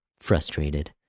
frustrated